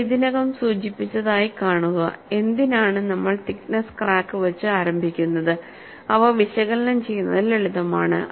ഞാൻ ഇതിനകം സൂചിപ്പിച്ചതായി കാണുക എന്തിനാണ് നമ്മൾ തിക്നെസ്സ് ക്രാക്ക് വച്ചു ആരംഭിക്കുന്നത് അവ വിശകലനം ചെയ്യുന്നത് ലളിതമാണ്